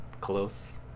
close